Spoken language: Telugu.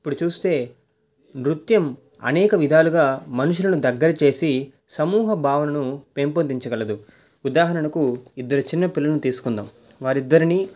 ఇప్పుడు చూస్తే నృత్యం అనేక విధాలుగా మనుషులను దగ్గర చేసి సమూహ భావనను పెంపొందించగలదు ఉదాహరణకు ఇద్దరు చిన్నపిల్లలని తీసుకుందాం వారిద్దరిని